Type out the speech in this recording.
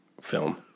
film